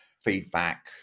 feedback